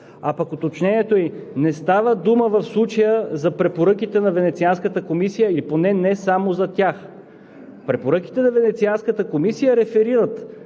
А пък уточнението ми е: не става дума в случая за препоръките на Венецианската комисия или поне не само за тях. Препоръките на Венецианската комисия реферират